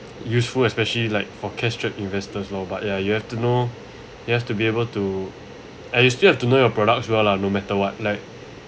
useful especially like for cash strapped investors loh but ya you have to know you have to be able to and you still have to know your products well lah no matter what like